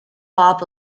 hop